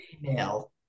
female